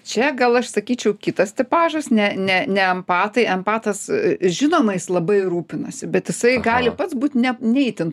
čia gal aš sakyčiau kitas tipažas ne ne ne empatai empatas žinoma jis labai rūpinasi bet jisai gali pats būt ne ne itin